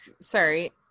sorry